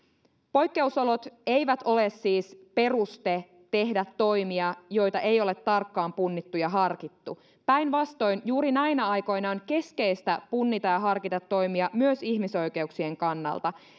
poikkeusolot eivät ole siis peruste tehdä toimia joita ei ole tarkkaan punnittu ja harkittu päinvastoin juuri näinä aikoina on keskeistä punnita ja harkita toimia myös ihmisoikeuksien kannalta